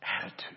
attitude